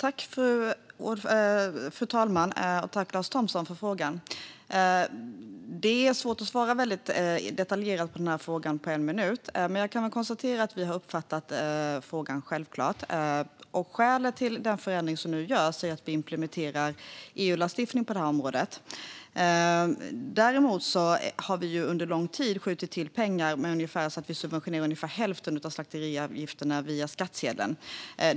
Fru talman! Tack, Lars Thomsson, för frågan! Det är svårt att svara väldigt detaljerat på frågan på en minut. Jag kan konstatera att vi självklart har uppfattat frågan. Skälet till den förändring som nu görs är att vi implementerar EU-lagstiftning på området. Däremot har vi under lång tid skjutit till pengar så att vi subventionerar ungefär hälften av slakteriavgifterna via skattsedeln.